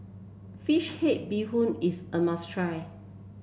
fish head Bee Hoon is a must try